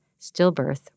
stillbirth